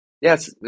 yes